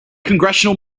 congressional